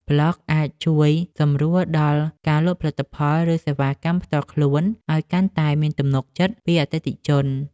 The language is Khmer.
ប្លក់អាចជួយសម្រួលដល់ការលក់ផលិតផល ឬសេវាកម្មផ្ទាល់ខ្លួនឱ្យកាន់តែមានទំនុកចិត្តពីអតិថិជន។